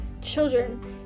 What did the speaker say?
children